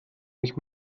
nicht